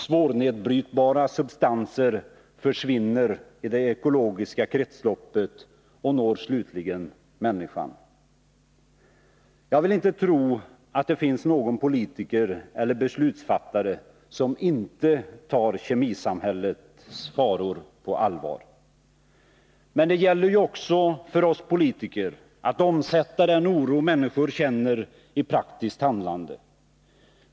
Svårnedbrytbara substanser försvinner i det ekologiska kretsloppet och når slutligen människan. Jag vill inte tro att det finns någon politiker eller beslutsfattare som inte tar kemisamhällets faror på allvar. Men det gäller ju också för oss politiker att omsätta våra idéer när det är fråga om människornas oro i praktiskt handlande.